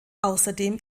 außerdem